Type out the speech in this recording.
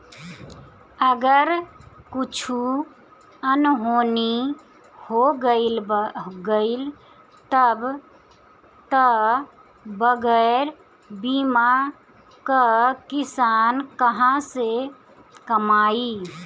अगर कुछु अनहोनी हो गइल तब तअ बगैर बीमा कअ किसान कहां से कमाई